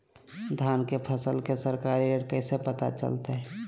धान के फसल के सरकारी रेट कैसे पता चलताय?